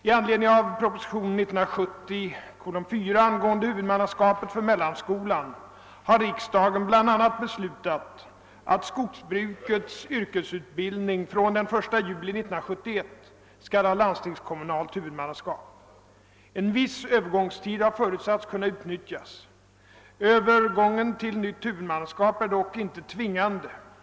I anledning av propositionen 4 år 1970 angående huvudmannaskapet för mellanskolan har riksdagen bl.a. beslutat att skogsbrukets yrkesutbildning från den 1 juli 1971 skall ha landstingskommunalt huvudmannaskap. En viss övergångstid har förutsatts kunna utnyttjas. Övergången till nytt huvudmannaskap är dock inte tvingande.